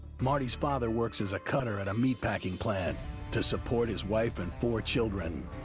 marty's father works as a cutter at a meat-packing plant to support his wife and four children.